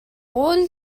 قول